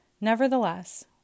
Nevertheless